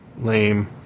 lame